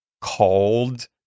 called